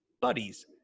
buddies